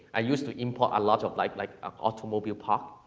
i used to import a lot of, like, like ah automobile parts,